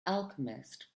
alchemist